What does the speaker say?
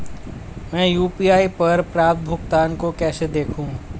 मैं यू.पी.आई पर प्राप्त भुगतान को कैसे देखूं?